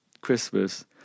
Christmas